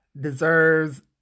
deserves